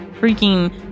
freaking